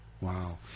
Wow